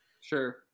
Sure